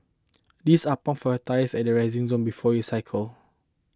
these are pumps for tyres at the resting zone before you cycle